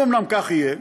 אם אומנם כך יהיה,